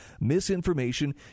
misinformation